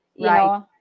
Right